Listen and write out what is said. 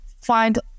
find